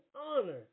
honor